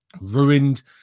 ruined